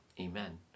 Amen